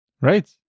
Right